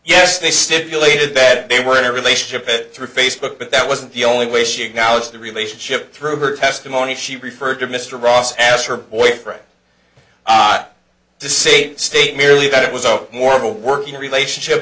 yes they stipulated that they were in a relationship it through facebook but that wasn't the only way she acknowledged the relationship through her testimony she referred to mr ross as her boyfriend to say state merely that it was all more of a working relationship